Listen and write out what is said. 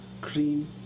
cream